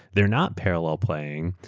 they're not parallel playing,